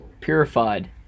Purified